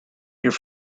your